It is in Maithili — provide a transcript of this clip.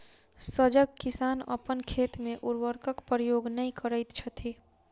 सजग किसान अपन खेत मे उर्वरकक प्रयोग नै करैत छथि